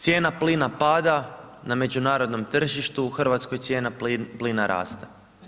Cijena plina pada na međunarodnom tržištu u Hrvatskoj cijena plina raste.